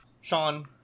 Sean